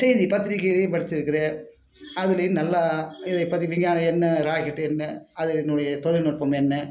செய்தி பத்திரிக்கையிலேயும் படித்திருக்குறேன் அதுலேயும் நல்லா இது இப்பது விஞ்ஞானம் என்ன ராக்கெட்டு என்ன அதனுடைய தொழில்நுட்பம் என்ன